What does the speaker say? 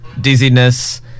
dizziness